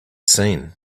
seen